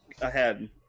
ahead